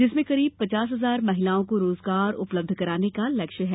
जिसमें करीब पचास हजार महिलाओं को रोजगार उपलब्ध कराने का लक्ष्य है